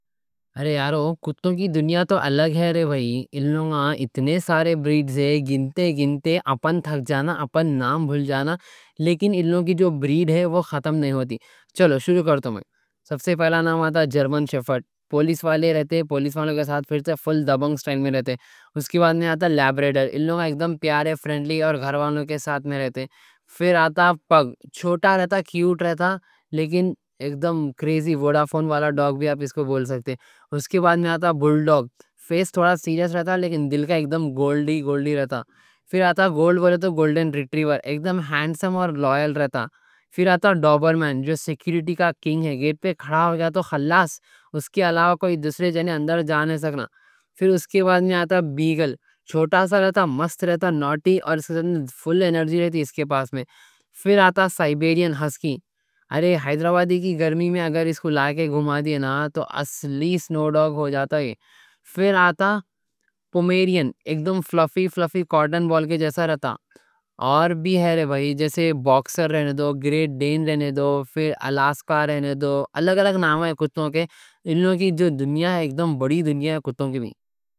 ارے یارو کتوں کی دنیا تو الگ ہے رے بھائی، ان لوگاں اتنے سارے بریڈز ہیں، گنتے گنتے اپن تھک جانا، اپن نام بھول جانا، لیکن ان لوگوں کی جو بریڈ ہے وہ ختم نہیں ہوتی۔ چلو شروع کرتا ہوں میں۔ سب سے پہلا نام آتا جرمن شیفرڈ، پولیس والے رہتے پولیس والوں کے ساتھ، پھر سے فل دبنگ اسٹائل میں رہتے۔ اس کے بعد میں آتا لیبراڈور۔ ان لوگاں ایکدم پیارے، فرینڈلی اور گھر والوں کے ساتھ میں رہتے۔ پھر آتا پگ، چھوٹا رہتا، کیوٹ رہتا، لیکن ایکدم کریزی، ووڈافون والا ڈاگ بھی آپ اس کو بول سکتے۔ اس کے بعد میں آتا بل ڈاگ۔ فیس تھوڑا سیریس رہتا، لیکن دل کا ایکدم گولڈی گولڈی رہتا۔ پھر آتا گولڈ بولے تو گولڈن ریٹریور، ایکدم ہینڈسم اور لوئل رہتا۔ پھر آتا ڈوبرمین جو سیکیورٹی کا کنگ ہے، گیٹ پہ کھڑا ہو گیا تو خلاص، اس کے علاوہ کوئی دوسرے جنے اندر جانے سکنا۔ پھر اس کے بعد میں آتا بیگل، چھوٹا سا رہتا مست رہتا، ناٹی اور اس کے پاس میں فل انرجی رہتی۔ پھر آتا سائبیرین ہسکی، ارے ہیدرآبادی کی گرمی میں اگر اس کو لے کے گھما دینا تو اصلی سنو ڈاگ ہو جاتا۔ پھر آتا پومیرین، ایکدم فلافی فلافی، کاٹن بال کے جیسا رہتا۔ اور بھی ہے رے بھائی، جیسے باکسر رہنے دو گریٹ ڈین رہنے دو، پھر الاسکا رہنے دو، الگ الگ نام ہے کتوں کے، ان لوگوں کی جو دنیا ہے ایکدم بڑی دنیا ہے کتوں کی بھی۔